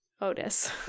Otis